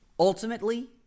Ultimately